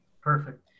Perfect